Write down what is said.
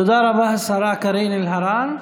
תודה רבה, השרה קארין אלהרר.